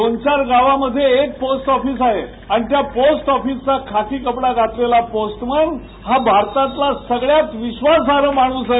दोन चार गावांमध्ये एक पोस्ट ऑफिस आहे आणि त्या पोस्ट ऑफिसचा खाकी कपडा घातलेला पोस्टमन हा लोकांसाठी भारतातील सगळयात विक्वासार्ह माणूस आहे